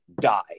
die